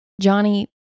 johnny